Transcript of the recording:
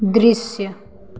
दृश्य